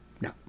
No